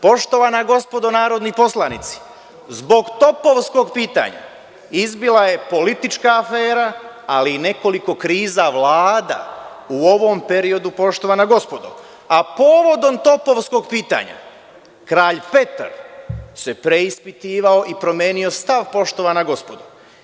Poštovana gospodo narodni poslanici, zbog topovskog pitanja, izbila je politička afera, ali i nekoliko kriza vlada u ovom periodu, a povodom topovskog pitanja kralj Petar se preispitivao i promenio stav, poštovana gospodo.